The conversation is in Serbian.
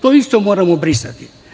To isto moramo brisati.